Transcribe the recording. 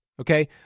Okay